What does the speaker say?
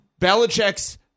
Belichick's